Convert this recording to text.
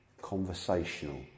conversational